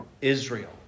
Israel